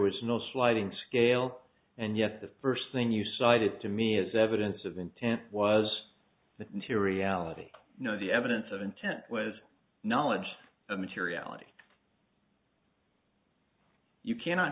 was no sliding scale and yet the first thing you cited to me is evidence of intent was that materially you know the evidence of intent was knowledge of materiality you cannot